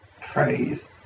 Praise